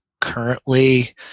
Currently